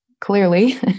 Clearly